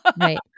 Right